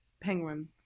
penguin